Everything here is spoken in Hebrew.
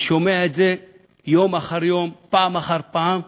אני שומע את זה יום אחר יום, פעם אחר פעם,